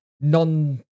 non